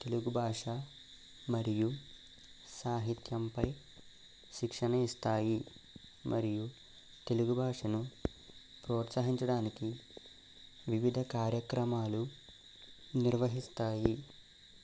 తెలుగు భాష మరియు సాహిత్యం పై శిక్షణ ఇస్తాయి మరియు తెలుగు భాషను ప్రోత్సహించడానికి వివిధ కార్యక్రమాలు నిర్వహిస్తాయి